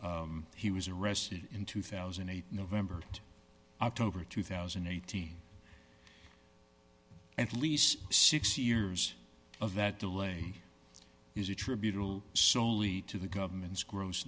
time he was arrested in two thousand and eight november october two thousand and eighteen at least six years of that delay is attributable solely to the government's gross